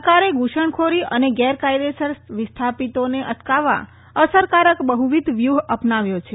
સરકારે ઘુ્રષણખોરી અને ગેરકાયદેસર વિસ્થાપીતોને અટકાવવા અસરકારક બહ્વીધ વ્યૂહ અપનાવ્યો છે